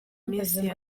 minsi